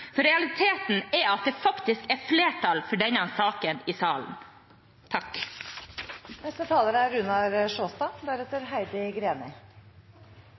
for realiteten er at det faktisk er flertall for denne saken i salen.